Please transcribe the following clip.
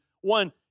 One